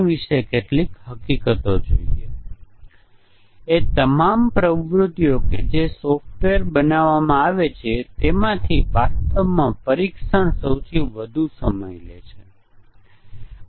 ભલે તે મ્યુટન્ટ છે તે એક સમકક્ષ મ્યુટન્ટ છે મ્યુટેડ સ્વરૂપમાં પ્રોગ્રામ મૂળ પ્રોગ્રામની સમકક્ષ પણ છે જે સાચો પ્રોગ્રામ છે તે કોઈપણ ભૂલો રજૂ કરતો નથી અને ભલે તે વાક્યરચનાત્મક રીતે થોડો અલગ હોય પરંતુ તે નથી બગડેલ